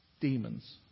demons